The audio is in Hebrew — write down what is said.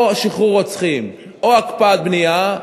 או שחרור רוצחים או הקפאת בנייה,